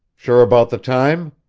sure about the time?